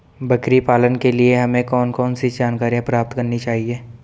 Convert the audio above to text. बकरी पालन के लिए हमें कौन कौन सी जानकारियां प्राप्त करनी चाहिए?